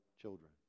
children